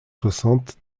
soixante